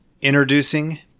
Introducing